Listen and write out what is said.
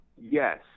Yes